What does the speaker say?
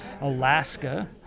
Alaska